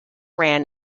ran